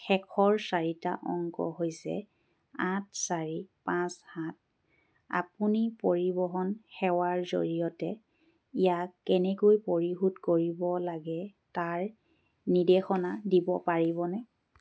শেষৰ চাৰিটা অংক হৈছে আঠ চাৰি পাঁচ সাত আপুনি পৰিবহণ সেৱাৰ জৰিয়তে ইয়াক কেনেকৈ পৰিশোধ কৰিব লাগে তাৰ নিৰ্দেশনা দিব পাৰিবনে